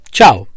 Ciao